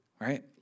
right